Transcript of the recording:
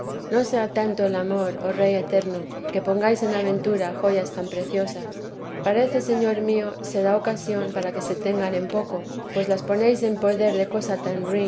no sea tanto el amor oh rey eterno que pongáis en aventura joyas tan preciosas parece señor mío se da ocasión para que se tengan en poco pues las ponéis en poder de cosa tan